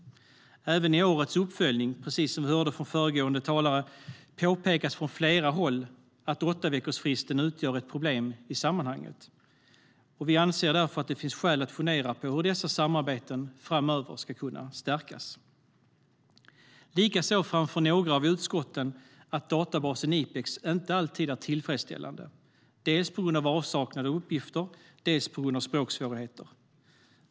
Även i årets uppföljning påpekas från flera håll att åttaveckorsfristen utgör ett problem i sammanhanget, som vi hörde från föregående talare. Vi anser därför att det finns skäl att fundera på hur dessa samarbeten framöver ska kunna stärkas. Likaså framför några av utskotten att databasen IPEX inte alltid är tillfredsställande, dels på grund av avsaknad av uppgifter, dels på grund av språksvårigheter.